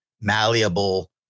malleable